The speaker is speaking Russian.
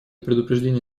предупреждения